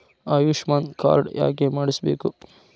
Ayushman card ಯಾಕೆ ಮಾಡಿಸಬೇಕು?